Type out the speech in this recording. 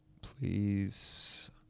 please